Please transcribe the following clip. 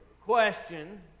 question